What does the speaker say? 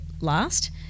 last